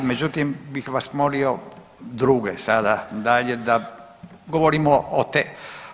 Ali međutim bih vas molio druge sada dalje da govorimo o temi.